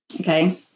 Okay